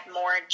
more